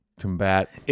combat